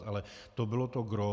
Ale to bylo to gros.